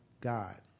God